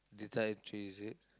did I chase it